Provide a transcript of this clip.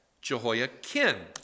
Jehoiakim